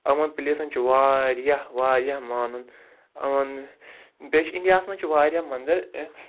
یِمَن پٕلیسَن چھِ واریاہ واریاہ مانُن یِمَن بیٚیہِ چھِ اِنڈیاہَس منٛز چھِ واریاہ مَندَر